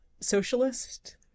socialist